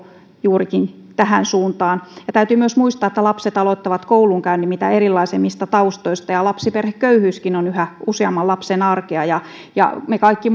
juurikin tähän suuntaan täytyy myös muistaa että lapset aloittavat koulunkäynnin mitä erilaisimmista taustoista ja lapsiperheköyhyyskin on yhä useamman lapsen arkea me kaikki